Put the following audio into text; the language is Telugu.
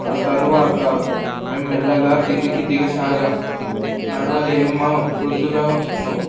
ఆ తరువాత మేము మెల్లగా కిందికి దిగ సాగం నడవలేని మా వృద్ధులను